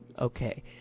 Okay